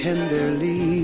Tenderly